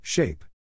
Shape